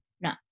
No